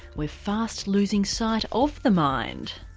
we're fast losing sight of the mind.